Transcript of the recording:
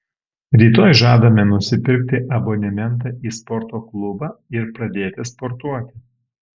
rytoj žadame nusipirkti abonementą į sporto klubą ir pradėti sportuoti